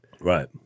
Right